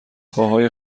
پاهای